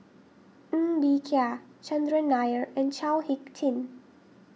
Ng Bee Kia Chandran Nair and Chao Hick Tin